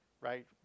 right